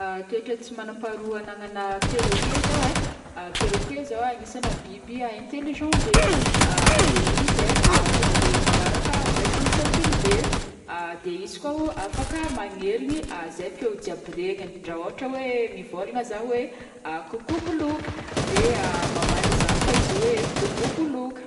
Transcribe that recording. Toetra tsy manam-paharoa agnanan'ny perroquet zao e perroquet zao agnisana biby intelligent be, de izy e a tonga de magnaraka baikon'ny tômpony be, de izy koa afaka magneriny zay feo jiaby regnigny raha ôhatra hoe mivôlagna hoe: "coucou boloky" de de mamaly zaho koa izy hoe "coucou boloky".